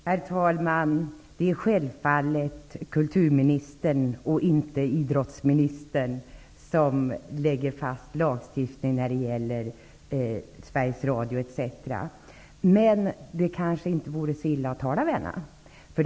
Herr talman! Självfallet är det kulturministern, inte idrottsministern, som lägger fast lagstiftningen när det gäller t.ex. Sveriges Radio. Men det är kanske inte så dumt att tala med kulturministern.